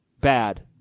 bad